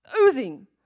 oozing